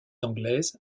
anglaise